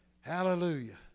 Hallelujah